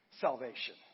salvation